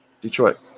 Detroit